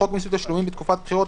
11. חוק מיסוי תשלומים בתקופת בחירות,